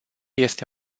este